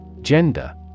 Gender